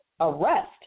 Arrest